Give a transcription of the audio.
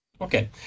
Okay